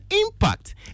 impact